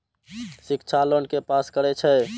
शिक्षा लोन के पास करें छै?